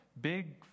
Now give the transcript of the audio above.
big